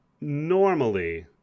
normally